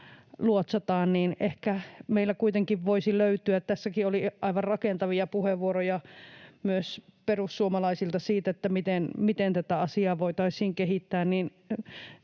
luotsataan, niin ehkä meillä kuitenkin voisi löytyä... Tässäkin oli aivan rakentavia puheenvuoroja myös perussuomalaisilta siitä, miten tätä asiaa voitaisiin kehittää.